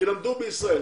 כי הם למדו בישראל.